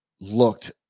looked